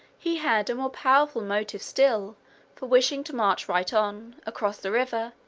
he had a more powerful motive still for wishing to march right on, across the river,